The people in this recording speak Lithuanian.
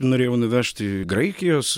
norėjo nuvežt į graikijos